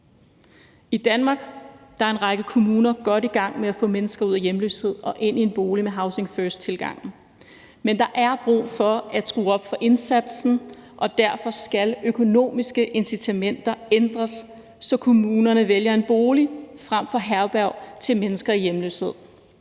I Danmark er en række kommuner godt i gang med at få mennesker ud af hjemløshed og ind i en bolig med housing først-tilgangen. Men der er brug for at skrue op for indsatsen, og derfor skal økonomiske incitamenter ændres, så kommunerne vælger en bolig frem for herberg til mennesker i hjemløshed.